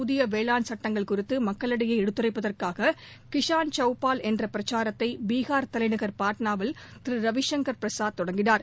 புதிய வேளாண் சட்டங்கள் குறித்து மக்களிடையே எடுத்துரைப்பதற்காக கிஷான் சகவ்பால் என்ற பிரச்சாரத்தை பீஹார் தலைநகர் பாட்னாவில் திரு ரவிசங்கர் பிரசாத் தொடங்கினார்